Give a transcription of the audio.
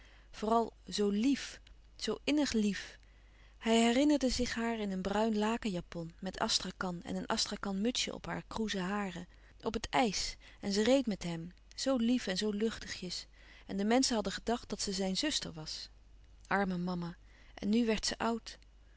zoo lièf zoo innig lief hij herinnerde zich haar in een bruin laken japon met astrakan en een astrakan mutsje op haar kroeze haren op het ijs en ze reed met hem zoo lief en zoo luchtigjes en de menschen hadden gedacht dat ze zijn zuster was arme mama en nu werd ze oud